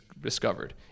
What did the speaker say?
discovered